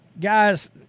Guys